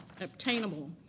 obtainable